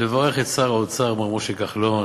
לברך את שר האוצר מר משה כחלון